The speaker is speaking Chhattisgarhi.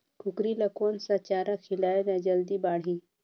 कूकरी ल कोन सा चारा खिलाय ल जल्दी बाड़ही?